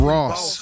Ross